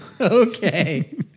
Okay